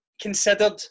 considered